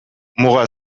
muga